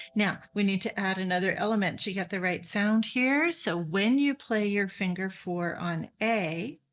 now, we need to add another element to get the right sound here, so when you play your finger four on a,